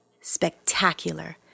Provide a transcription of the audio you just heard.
spectacular